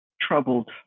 troubled